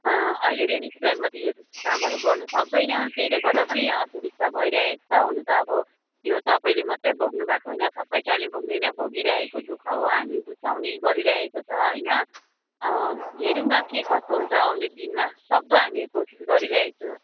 अहिले रेनी सिजनमा त यो कामहरू गर्नुसक्दैन त्यसले गर्दा पनि असुविस्ता भइरहेको छ हुनु त अब यो तपाईँले मात्रै भोग्नुभएको होइन सबै कालिम्पोङले नै भोगिरहेको दुःख हो हामी बुझ्छौँ नि गरिरहेको छ होइन हेरौँ न के कस्तो हुन्छ आउने दिनमा सक्दो हामी कोसिस गरिरहेको छौँ